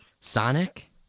Sonic